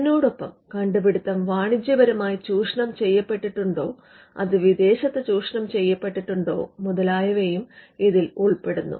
അതിനോടൊപ്പം കണ്ടുപിടുത്തം വാണിജ്യപരമായി ചൂഷണം ചെയ്യപ്പെട്ടിട്ടുണ്ടോ അത് വിദേശത്ത് ചൂഷണം ചെയ്യപ്പെട്ടിട്ടുണ്ടോ മുതലായവയും ഇതിൽ ഉൾപ്പെടുന്നു